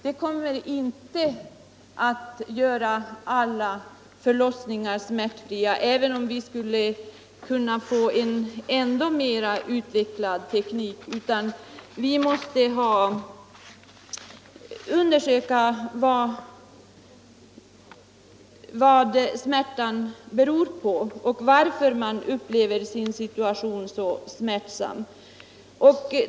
Men även en mer utvecklad teknik kan inte göra alla förlossningar smärtfria. Vi måste undersöka vad smärtan beror på och varför somliga upplever sin situation så smärtsamt.